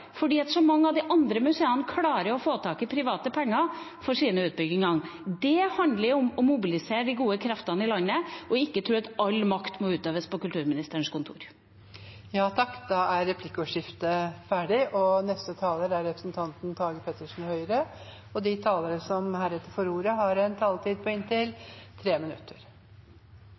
fordi så mange av de andre museene klarer å få tak i private penger til sine utbygginger. Det handler om å mobilisere de gode kreftene i landet – og ikke tro at all makt må utøves på kulturministerens kontor. Replikkordskiftet er omme. De talere som heretter får ordet, har en taletid på inntil 3 minutter.